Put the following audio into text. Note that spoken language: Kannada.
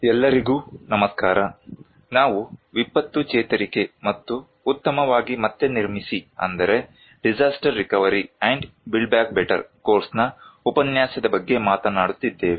ಎಲ್ಲರಿಗೂ ನಮಸ್ಕಾರ ನಾವು ವಿಪತ್ತು ಚೇತರಿಕೆ ಮತ್ತು ಉತ್ತಮವಾಗಿ ಮತ್ತೆ ನಿರ್ಮಿಸಿ ಕೋರ್ಸ್ನ ಉಪನ್ಯಾಸದ ಬಗ್ಗೆ ಮಾತನಾಡುತ್ತಿದ್ದೇವೆ